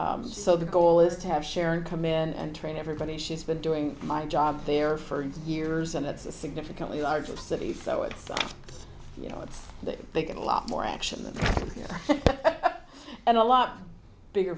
so the goal is to have sharon come in and train everybody she's been doing my job there for years and it's a significantly large city so it's you know it's that they get a lot more action and a lot bigger